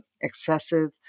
excessive